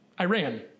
Iran